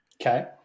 Okay